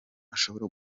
ashobora